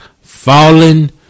fallen